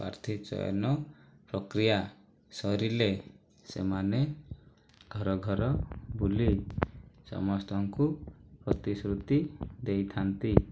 ପ୍ରାର୍ଥୀ ଚୟନ ପ୍ରକ୍ରିୟା ସରିଲେ ସେମାନେ ଘର ଘର ବୁଲି ସମସ୍ତଙ୍କୁ ପ୍ରତିଶ୍ରୁତି ଦେଇଥାନ୍ତି